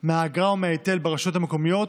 מהאגרה או מההיטל ברשויות המקומיות,